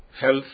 health